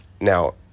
now